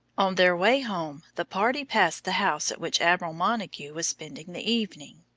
on their way home the party passed the house at which admiral montague was spending the evening.